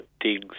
digs